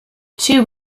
two